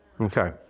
Okay